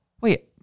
Wait